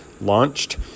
launched